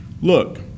Look